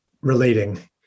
relating